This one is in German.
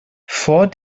vor